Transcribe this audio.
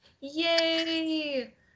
Yay